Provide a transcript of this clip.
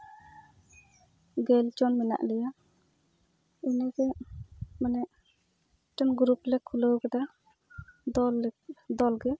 ᱜᱮᱞ ᱡᱚᱱ ᱢᱮᱱᱟᱜ ᱞᱮᱭᱟ ᱚᱱᱟᱜᱮ ᱢᱟᱱᱮ ᱢᱤᱫᱴᱟᱱ ᱜᱨᱩᱯᱞᱮ ᱠᱷᱩᱞᱟᱹᱣ ᱟᱠᱟᱫᱟ ᱫᱚᱞ ᱜᱮ